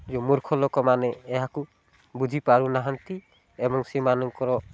ଯେଉଁ ମୂର୍ଖ ଲୋକମାନେ ଏହାକୁ ବୁଝିପାରୁନାହାନ୍ତି ଏବଂ ସେମାନଙ୍କର